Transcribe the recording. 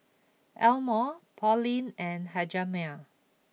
Elmore Pauline and Hjalmer